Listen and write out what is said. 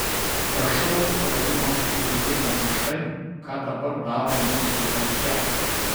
prašau ukrainos atleidimo už tai ką dabar daro mūsų valdžią